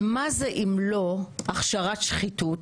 ומה זה אם לא הכשרת שחיתות?